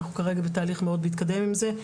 כרגע בתהליך מאוד מתקדם עם זה,